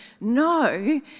no